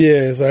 Yes